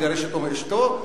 לגרש אותו מאשתו.